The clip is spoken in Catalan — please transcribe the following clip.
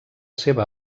seva